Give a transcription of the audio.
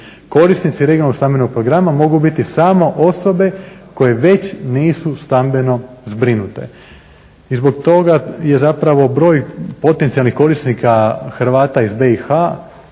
Korisnici regionalnog stambenog programa mogu biti samo osobe koje već nisu stambeno zbrinute i zbog toga je zapravo broj potencijalnih korisnika Hrvata iz BIH